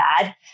Bad